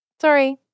Sorry